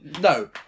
No